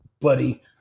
buddy